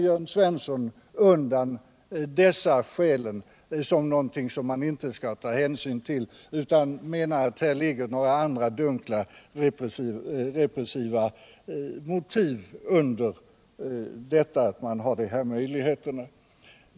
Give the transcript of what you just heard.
Jörn Svensson viftar undan dessa skäl som något som man inte skall ta hänsyn till och menar att andra, dunkla repressiva motiv ligger bakom det förhållandet att dessa möjligheter finns.